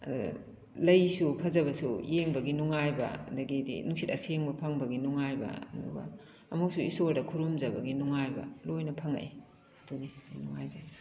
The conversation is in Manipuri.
ꯂꯩꯁꯨ ꯐꯖꯕꯁꯨ ꯌꯦꯡꯕꯒꯤ ꯅꯨꯡꯉꯥꯏꯕ ꯑꯗꯒꯤꯗꯤ ꯅꯨꯡꯁꯤꯠ ꯑꯁꯦꯡꯕ ꯐꯪꯕꯒꯤ ꯅꯨꯡꯉꯥꯏꯕ ꯑꯗꯨꯒ ꯑꯃꯨꯛꯁꯨ ꯏꯁꯣꯔꯗ ꯈꯨꯔꯨꯝꯖꯕꯒꯤ ꯅꯨꯡꯉꯥꯏꯕ ꯂꯣꯏꯅ ꯐꯪꯂꯛꯏ ꯑꯗꯨꯒꯤ ꯌꯥꯝ ꯅꯨꯡꯉꯥꯏꯖꯩꯁꯦ